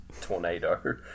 tornado